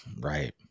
Right